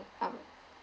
um